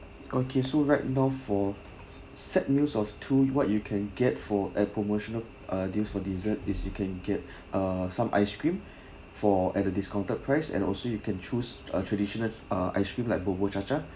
okay so right now for set meals of two what you can get for add promotional uh deals for dessert is you can get ah some ice cream for at a discounted price and also you can choose a traditional uh ice cream like bubur cha cha